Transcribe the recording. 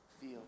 feel